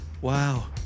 wow